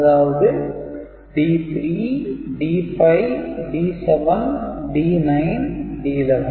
அதாவது D3 D5 D7 D9 D11